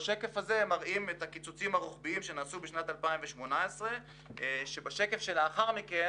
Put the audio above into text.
בשקף הזה אנחנו מראים את הקיצוצים הרוחביים שנעשו בשנת 2018 כשלאחר מכן